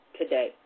today